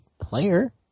player